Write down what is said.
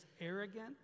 arrogant